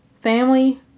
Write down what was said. family